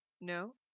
No